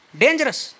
dangerous